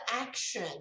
action